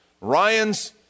Ryan's